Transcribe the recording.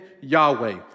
Yahweh